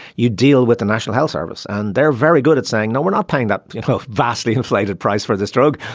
you deal with the national health service and they're very good at saying no we're not paying that vastly inflated price for this drug.